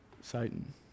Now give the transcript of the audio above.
Satan